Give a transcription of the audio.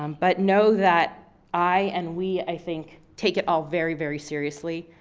um but know that i, and we i think, take it all very, very seriously,